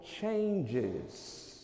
changes